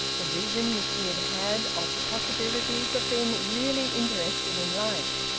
the vision which he had had of the possibilities of being really interested in life.